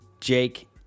Jake